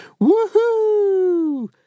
Woohoo